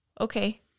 okay